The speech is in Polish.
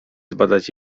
zbadać